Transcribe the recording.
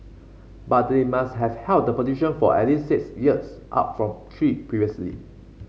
but they must have held the position for at least six years up from three previously